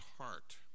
heart